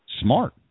Smart